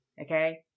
Okay